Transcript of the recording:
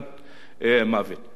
זו ההגנה האמיתית